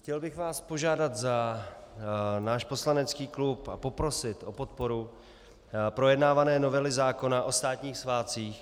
Chtěl bych vás požádat za náš poslanecký klub a poprosit o podporu projednávané novely zákona o státních svátcích.